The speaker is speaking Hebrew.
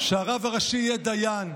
שהרב הראשי יהיה דיין,